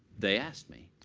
they asked me.